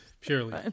Purely